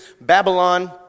Babylon